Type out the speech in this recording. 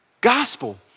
gospel